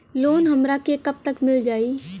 Loan हमरा के कब तक मिल जाई?